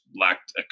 lacked